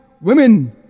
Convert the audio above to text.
women